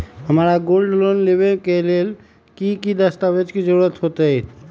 हमरा gold loan लेबे के लेल कि कि दस्ताबेज के जरूरत होयेत?